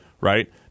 right